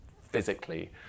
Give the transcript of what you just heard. physically